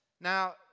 Now